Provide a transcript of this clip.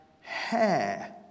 hair